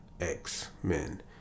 x-men